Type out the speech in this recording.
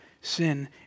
sin